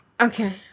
Okay